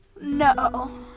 no